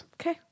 okay